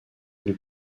nous